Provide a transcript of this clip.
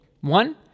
One